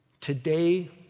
Today